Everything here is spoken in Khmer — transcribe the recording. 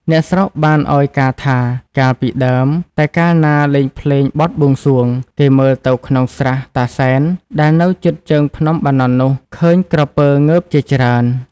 អ្នកស្រុកបានឱ្យការណ៍ថា កាលពីដើម តែកាលណាលេងភ្លេងបទបួងសួង គេមើលទៅក្នុងស្រះ តាសែន ដែលនៅជិតជើងភ្នំ បាណន់ នោះ ឃើញក្រពើងើបជាច្រើន ។